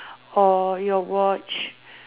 or your watch